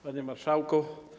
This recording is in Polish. Panie Marszałku!